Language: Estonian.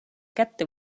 kätte